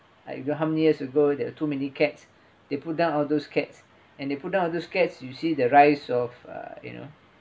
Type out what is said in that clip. I got how many years ago that too many cats they put down all those cats and they put all those cats you see the rise of uh you know